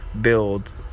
build